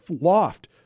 loft